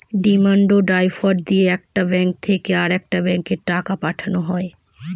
demand draft দিয়ে একটা bank থেকে আরেকটা ব্যাঙ্কে টাকা পাঠানো হয়